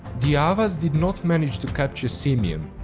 the avars did not manage to capture sirmium,